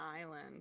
island